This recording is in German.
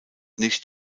nicht